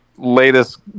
latest